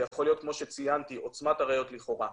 זו יכולה להיות עוצמת הראיות לכאורה,